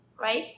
right